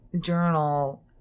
journal